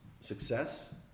success